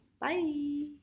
Bye